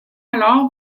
alors